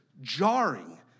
jarring